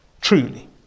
Truly